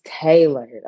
tailored